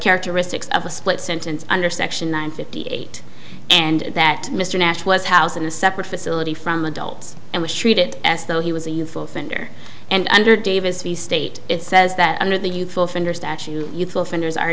characteristics of a split sentence under section one fifty eight and that mr nash was housed in a separate facility from adults and was treated as though he was a youthful offender and under davis the state it says that under the you